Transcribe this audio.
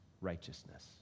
righteousness